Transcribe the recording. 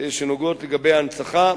לגבי הנצחה.